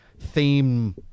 theme